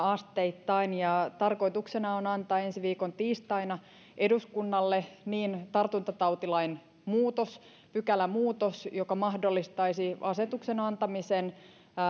asteittain ja tarkoituksena on antaa ensi viikon tiistaina eduskunnalle tartuntatautilain pykälämuutos joka mahdollistaisi asetuksen antamisen